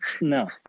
No